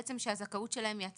בעצם הזכאות שלהם היא עצמאית,